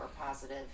positive